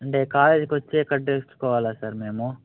అంటే కాలేజీకి వచ్చే కట్టేసుకోవాలా సార్ మేము